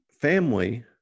family